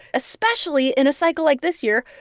especially in a cycle like this year,